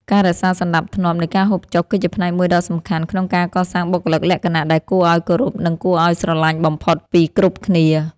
ការរក្សាសណ្តាប់ធ្នាប់នៃការហូបចុកគឺជាផ្នែកមួយដ៏សំខាន់ក្នុងការកសាងបុគ្គលិកលក្ខណៈដែលគួរឱ្យគោរពនិងគួរឱ្យស្រឡាញ់បំផុតពីគ្រប់គ្នា។